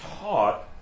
taught